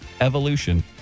Evolution